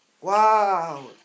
Wow